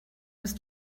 ist